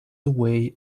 away